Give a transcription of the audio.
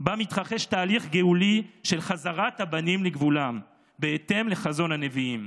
ובה מתרחש תהליך גאולי של חזרת הבנים לגבולם בהתאם לחזון הנביאים,